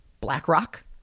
BlackRock